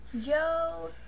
Joe